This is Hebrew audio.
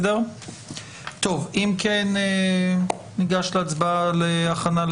נקרא את החוק וניגש להצבעה.